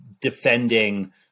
defending